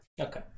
okay